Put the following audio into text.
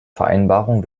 vereinbarung